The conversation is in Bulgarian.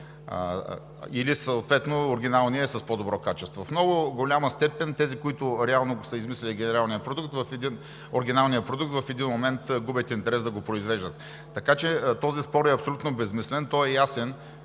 или съответно оригиналният е с по-добро качество. В много голяма степен тези, които реално са измислили оригиналния продукт, в един момент губят интерес да го произвеждат. Този спор е абсолютно безсмислен. Ясно е,